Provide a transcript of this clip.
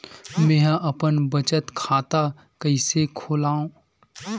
मेंहा अपन बचत खाता कइसे खोलव?